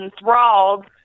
enthralled